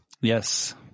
Yes